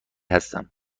هستم